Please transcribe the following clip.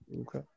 Okay